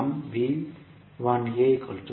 நாம் எழுதலாம்